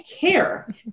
care